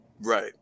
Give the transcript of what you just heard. Right